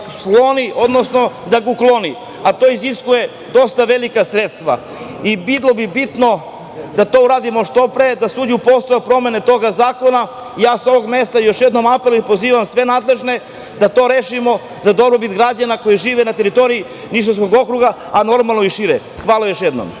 skloni, odnosno da ga ukloni. To iziskuje dosta velika sredstva. Bilo bi bitno da to uradimo što pre, da se uđe u posao promene tog zakona. Sa ovog mesta još jednom apelujem i pozivam sve nadležne da to rešimo za dobrobit građana koji žive na teritoriji Nišavskog okruga, a normalno i šire. Hvala još jednom.